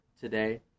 today